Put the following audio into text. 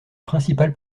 principal